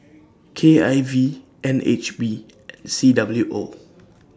K I V N H B C W O